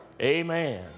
Amen